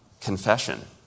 confession